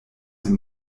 sie